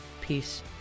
Peace